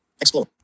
Explore